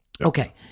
Okay